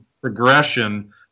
progression